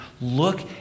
Look